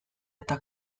eta